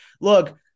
Look –